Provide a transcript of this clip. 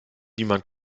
niemand